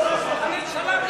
על הממשלה.